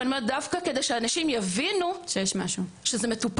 ואני אומרת שדווקא שאנשים יבינו שזה מטופל,